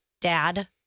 dad